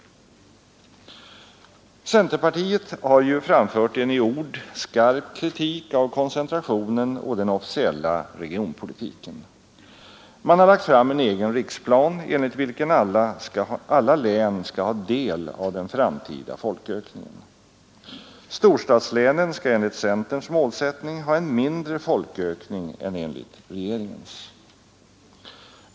Centerpartiet har ju framfört en i ord skarp kritik av koncentrationen och den officiella regionpolitiken. Man har lagt fram en egen riksplan enligt vilken alla län skall ha del av den framtida folkökningen. Storstadslänen skall enligt centerns målsättning ha en mindre folkökning än enligt regeringens.